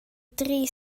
dri